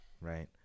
right